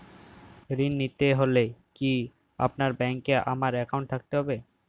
ঋণ নিতে হলে কি আপনার ব্যাংক এ আমার অ্যাকাউন্ট থাকতে হবে?